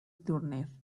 turner